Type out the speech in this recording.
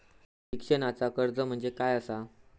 शिक्षणाचा कर्ज म्हणजे काय असा?